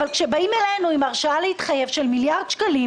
אבל כשבאים אלינו עם הרשאה להתחייב של 1 מיליארד שקלים,